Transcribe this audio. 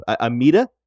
Amida